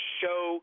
show